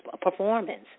performance